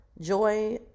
Joy